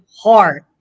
heart